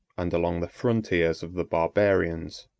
and along the frontiers of the barbarians.